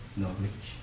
knowledge